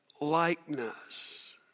likeness